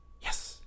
Yes